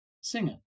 singer